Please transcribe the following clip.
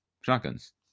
shotguns